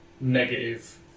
negative